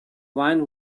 wine